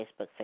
Facebook